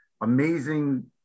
amazing